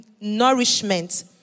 nourishment